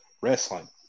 Wrestling